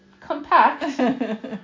compact